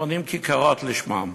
בונים כיכרות על שמם.